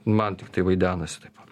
man tiktai vaidenasi taip